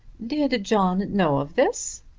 did john know of this?